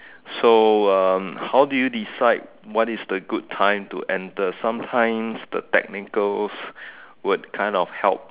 so um how do you decide what time to enter sometimes the technicals would kind of help